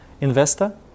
investor